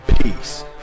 peace